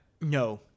No